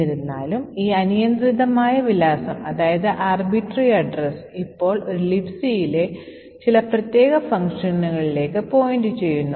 എന്നിരുന്നാലും ഈ അനിയന്ത്രിതമായ വിലാസം ഇപ്പോൾ ഒരു Libcയിലെ ചില പ്രത്യേക ഫംഗ്ഷനുകളിലേക്ക് point ചെയ്യുന്നു